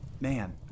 man